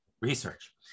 research